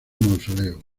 mausoleo